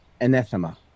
anathema